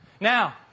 Now